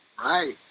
Right